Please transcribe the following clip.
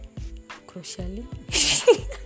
crucially